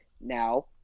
Now